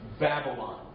Babylon